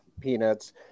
peanuts